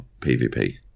pvp